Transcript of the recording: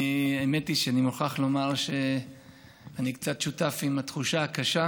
האמת היא שאני מוכרח לומר שאני קצת שותף לתחושה הקשה: